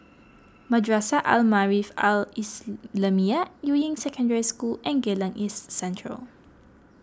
Madrasah Al Maarif Al Islamiah Yuying Secondary School and Geylang East Central